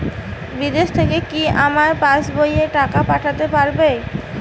বিদেশ থেকে কি আমার পাশবইয়ে টাকা পাঠাতে পারবে?